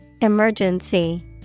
Emergency